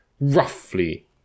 roughly